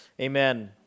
Amen